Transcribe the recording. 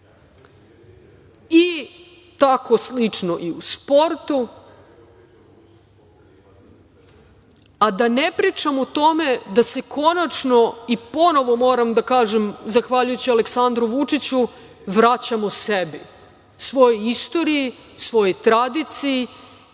i tako slično i u sportu, a da ne pričam o tome da se konačno i ponovo moram da kažem, zahvaljujući Aleksandru Vučiću, vraćamo sebi, svojoj istoriji, svojoj tradiciji